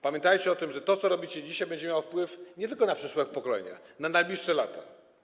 Pamiętajcie o tym, że to, co robicie dzisiaj, będzie miało wpływ nie tylko na przyszłe pokolenia, na najbliższe lata.